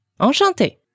Enchanté